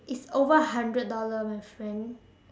it's over a hundred dollar my friend